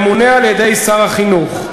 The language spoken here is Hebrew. ממונה על-ידי שר החינוך,